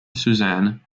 suzanne